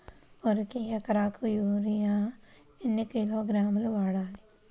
వరికి ఎకరాకు యూరియా ఎన్ని కిలోగ్రాములు వాడాలి?